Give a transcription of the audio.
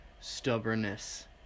stubbornness